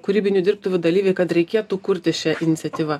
kūrybinių dirbtuvių dalyviai kad reikėtų kurti šia iniciatyva